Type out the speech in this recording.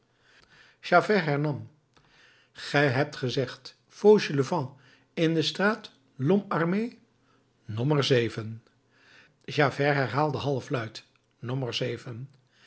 javert hernam ge hebt gezegd fauchelevent in de straat lhomme armé nommer zeven javert herhaalde halfluid